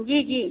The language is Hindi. जी जी